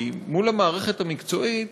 כי מול המערכת המקצועית